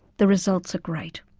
the results are great.